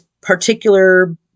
particular